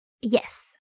Yes